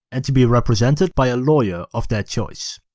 and to be represented by a leawyer of their choice.